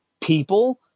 people